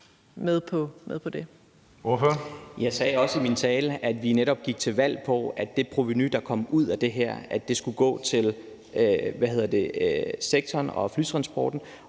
Jeg sagde i min tale, at vi netop gik til valg på, at det provenu, der kom ud af det her, skulle gå til sektoren og flytransporten,